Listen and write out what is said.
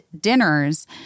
dinners